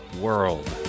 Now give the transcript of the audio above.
world